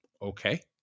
okay